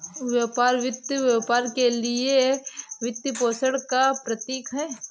व्यापार वित्त व्यापार के लिए वित्तपोषण का प्रतीक है